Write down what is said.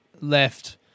left